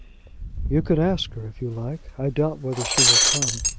you can ask her, if you like. i doubt whether she will come.